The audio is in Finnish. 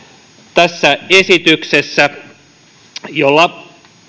tässä esityksessä jolla